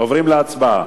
עוברים להצבעה.